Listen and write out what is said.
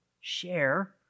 share